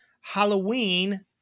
Halloween